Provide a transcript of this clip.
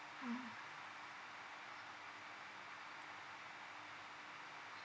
mm